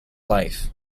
life